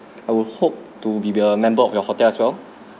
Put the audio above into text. I would hope to be a member of your hotel as well